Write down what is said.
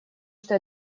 что